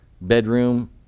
bedroom